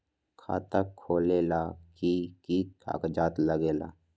खाता खोलेला कि कि कागज़ात लगेला?